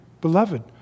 beloved